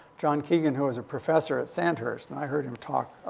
john keegan, who was a professor at sandhurst. and i heard him talk,